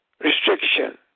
restriction